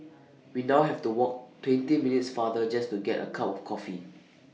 we now have to walk twenty minutes farther just to get A cup of coffee